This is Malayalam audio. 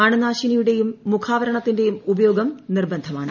അണുനാശിനിയുടേയും മുഖാവരണത്തിന്റെയും ഉപയോഗം നിർബന്ധമാണ്